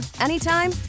anytime